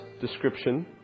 description